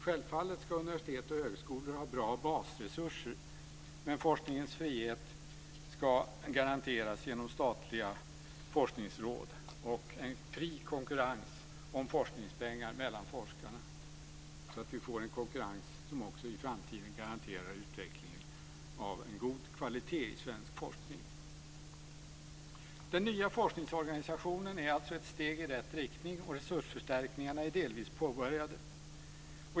Självfallet ska universitet och högskolor ha bra basresurser, men forskningens frihet ska garanteras genom statliga forskningsråd och en fri konkurrens mellan forskarna om forskningspengar, så att vi får en konkurrens som också i framtiden garanterar utvecklingen av en god kvalitet i svensk forskning. Den nya forskningsorganisationen är alltså ett steg i rätt riktning och resursförstärkningarna är delvis påbörjade.